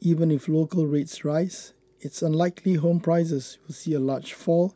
even if local rates rise it's unlikely home prices will see a large fall